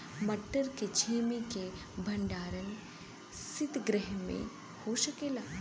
मटर के छेमी के भंडारन सितगृह में हो सकेला?